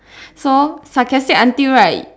so sarcastic until right